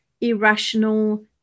irrational